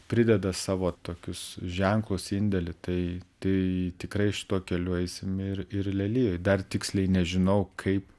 prideda savo tokius ženklus indėlį tai tai tikrai šituo keliu eisim ir ir lelijų dar tiksliai nežinau kaip